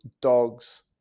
Dogs